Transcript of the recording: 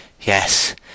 Yes